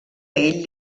ell